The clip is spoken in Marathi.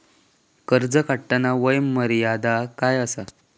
कर्ज काढताना वय मर्यादा काय आसा?